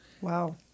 Wow